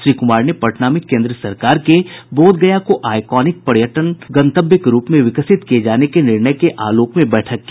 श्री कुमार ने पटना में केंद्र सरकार के बोधगया को आइकॉनिक पर्यटक गंतव्य के रूप में विकसित किये जाने के निर्णय के आलोक में बैठक की